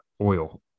oil